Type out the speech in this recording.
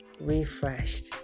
refreshed